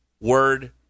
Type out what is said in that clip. word